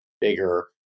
bigger